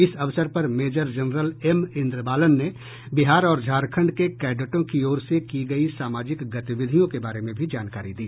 इस अवसर पर मेजर जेनरल एम इन्द्रबालन ने बिहार और झारखंड के कैडेटों की ओर से की गई सामाजिक गतिविधियों के बारे में भी जानकारी दी